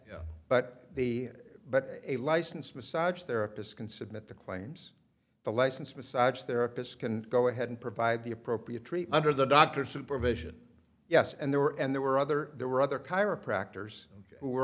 but the but a licensed massage therapist can submit the claims the licensed massage therapists can go ahead and provide the appropriate treatment or the doctor's supervision yes and they were and there were other there were other chiropractors w